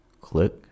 Click